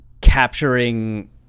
capturing